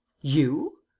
you!